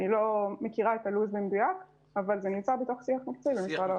אני לא מכירה את לוח הזמנים המדויק אבל זה בשיח מקצועי במשרד האוצר.